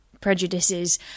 prejudices